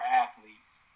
athletes